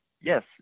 yes